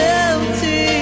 empty